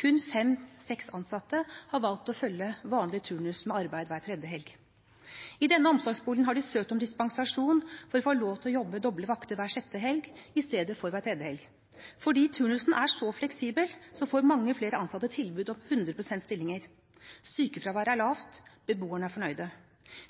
Kun fem–seks ansatte har valgt å følge vanlig turnus med arbeid hver tredje helg. I denne omsorgsboligen har de søkt om dispensasjon for å få lov til å jobbe doble vakter hver sjette helg i stedet for hver tredje helg. Fordi turnusen er så fleksibel, får mange flere ansatte tilbud om 100 pst. stilling. Sykefraværet er lavt, beboerne er fornøyde.